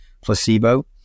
placebo